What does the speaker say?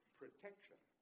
protection